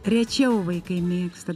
rečiau vaikai mėgsta